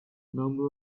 number